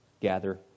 gather